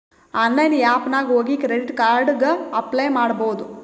online app ನಾಗ್ ಹೋಗಿ credit card ಗ ಅಪ್ಲೈ ಮಾಡ್ಬೋದು